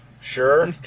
sure